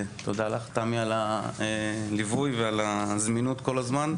תודה לך, תמי, על הליווי ועל הזמינות כל הזמן.